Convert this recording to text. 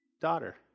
daughter